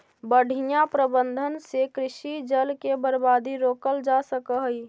बढ़ियां प्रबंधन से कृषि जल के बर्बादी रोकल जा सकऽ हई